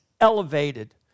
elevated